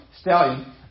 Stallion